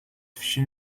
fichier